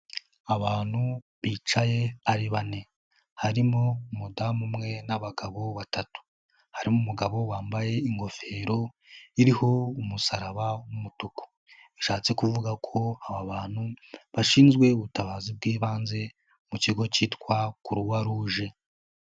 Abantu bicaye ari bane harimo umudamu umwe n'abagabo batatu, harimo umugabo wambaye ingofero iriho umusaraba w'umutuku, bishatse kuvuga ko aba bantu bashinzwe ubutabazi bw'ibanze mu kigo cyitwa Croix Rouge.